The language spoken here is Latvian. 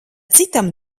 citam